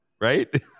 Right